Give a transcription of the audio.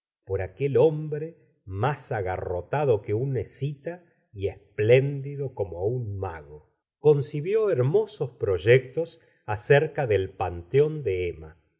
por aquel hombre más agarrotado que un escita y espléndido como un mago concibió hermosos proyectos acerca del panteón de emma